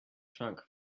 trunk